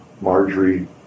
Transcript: Marjorie